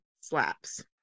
slaps